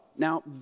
Now